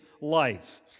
Life